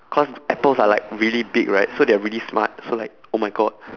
cause apples are like really big right so they're really smart so like oh my god